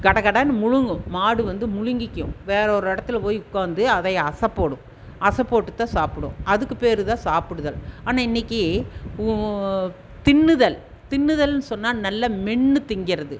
கடகடன்னு விழுங்கும் மாடு வந்து விழிங்கிக்கும் வேறு ஒரு இடத்துல போய் உட்காந்து அதை அசைப்போடும் அசைப்போட்டுதான் சாப்பிடும் அதுக்கு பேர் தான் சாப்பிடுதல் ஆனால் இன்னிக்கு உ தின்னுதல் தின்னுதல்ன்னு சொன்னால் நல்லா மென்று தின்கறது